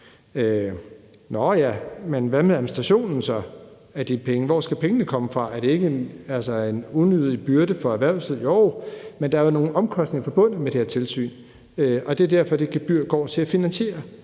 Nåh ja, men hvad så med administrationen af de penge? Hvor skal pengene komme fra? Er det ikke en unødig byrde for erhvervslivet? Jo, men der er nogle omkostninger forbundet med det her tilsyn, og derfor går det gebyr til at finansiere